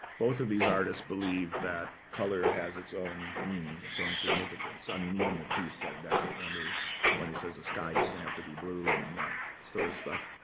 both of these artists believe that color has its own meaning, its own significance. i mean, even matisse said that. remember when he says the sky doesn't have to be blue and that sort of stuff?